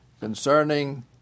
concerning